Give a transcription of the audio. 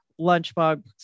lunchbox